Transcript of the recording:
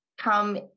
come